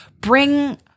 bring